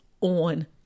on